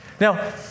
Now